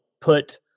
put